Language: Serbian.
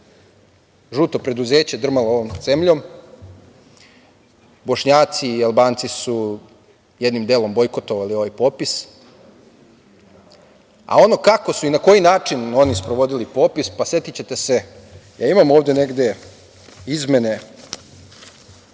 žuto preduzeće drmalo ovom zemljom. Bošnjaci i Albanci su jednim delom bojkotovali ovaj popis, a ono kako su i na koji način oni sprovodili popis, setićete se, imam ovde negde izmene